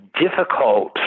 difficult